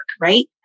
right